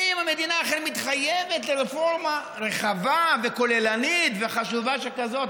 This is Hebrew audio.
אם המדינה אכן מתחייבת לרפורמה רחבה וכוללנית וחשובה שכזאת,